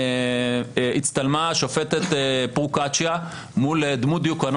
הצטלמה השופטת פרוקצ'יה מול דמות דיוקנו